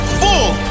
full